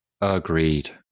agreed